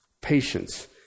patience